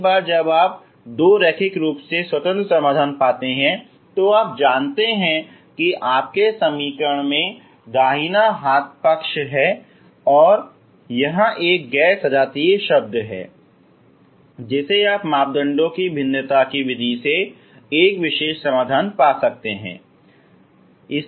एक बार जब आप दो रैखिक रूप से स्वतंत्र समाधान पाते हैं तो आप जानते हैं कि आपके समीकरण में दाहिना हाथ पक्ष है यह एक गैर सजातीय शब्द है जिसे आप मापदंडों की भिन्नता की विधि से एक विशेष समाधान पा सकते हैं